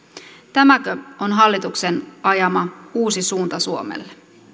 tämäkö on hallituksen ajama uusi suunta suomelle